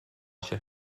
się